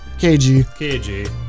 KG